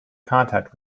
contact